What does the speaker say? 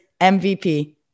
MVP